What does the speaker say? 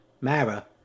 Mara